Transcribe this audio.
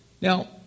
Now